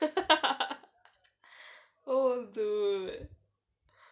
oh dude